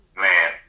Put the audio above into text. man